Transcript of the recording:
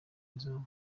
izamu